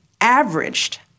averaged